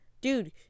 Dude